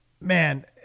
man